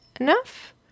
enough